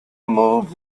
moved